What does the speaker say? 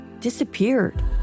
disappeared